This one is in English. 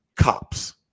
cops